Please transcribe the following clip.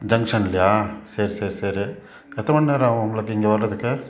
ஜங்க்ஷன்லேயா சரி சரி சரி எத்தனை மணி நேரம் ஆகும் உங்களுக்கு இங்கே வரதுக்கு